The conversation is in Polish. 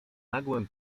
nagłym